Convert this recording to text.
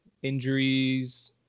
injuries